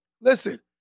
Listen